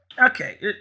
Okay